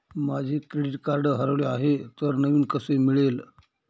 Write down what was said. माझे credit card हरवले आहे तर नवीन कसे मिळेल?